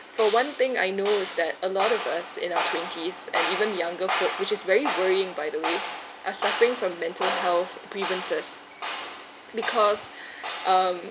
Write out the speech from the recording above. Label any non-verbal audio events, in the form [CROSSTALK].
for one thing I know is that a lot of us in our twenties and even younger folks which is very worrying by the way are suffering from mental health grievances because [BREATH] um